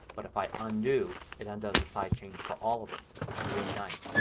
but if i undo it undoes the size change for all of them which is really nice.